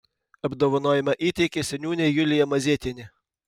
apdovanojimą įteikė seniūnė julija mazėtienė